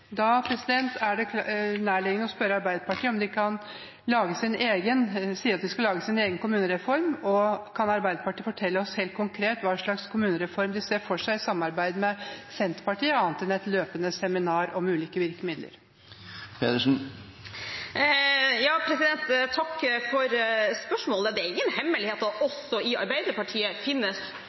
Da er det nærliggende å spørre Arbeiderpartiet, som sier at de skal lage sin egen kommunereform: Kan Arbeiderpartiet fortelle oss helt konkret hva slags kommunereform de ser for seg i samarbeid med Senterpartiet, annet enn et løpende seminar om ulike virkemidler? Takk for spørsmålet. Det er ingen hemmelighet at det også i Arbeiderpartiet finnes